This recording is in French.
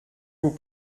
vous